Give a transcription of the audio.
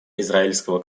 израильского